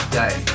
day